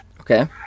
Okay